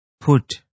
Put